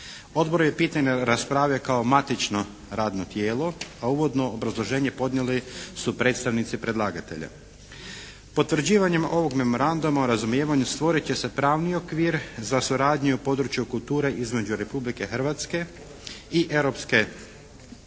Odbor je pitanje raspravio kao matično radno tijelo, a uvodno obrazloženje podnijeli su predstavnici predlagatelja. Potvrđivanje ovog Memoranduma o razumijevanju stvorit će se pravni okvir za suradnju u području kulture između Republike Hrvatske i Europske zajednice